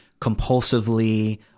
compulsively